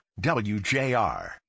WJR